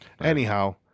Anyhow